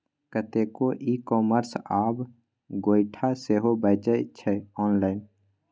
कतेको e commerce आब गोयठा सेहो बेचै छै आँनलाइन